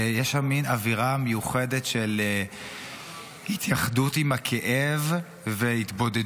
ויש שם מין אווירה מיוחדת של התייחדות עם הכאב והתבודדות,